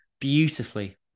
beautifully